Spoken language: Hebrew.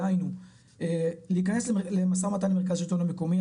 דהיינו להיכנס למשא ומתן עם מרכז השילטון המקומי,